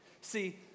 See